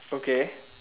okay